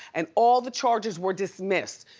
and all the charges were dismissed.